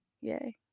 Yay